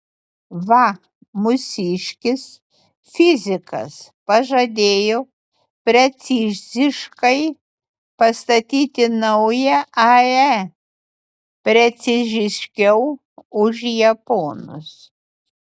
va mūsiškis fizikas pažadėjo preciziškai pastatyti naują ae preciziškiau už japonus